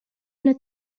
üna